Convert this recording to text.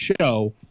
show